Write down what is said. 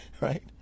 right